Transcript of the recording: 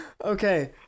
okay